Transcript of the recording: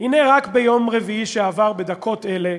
הנה, רק ביום רביעי שעבר, בדקות אלה,